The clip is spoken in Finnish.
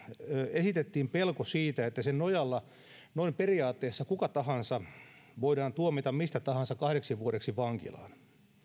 esitettiin pelko siitä että sen nojalla noin periaatteessa kuka tahansa voidaan tuomita mistä tahansa kahdeksi vuodeksi vankilaan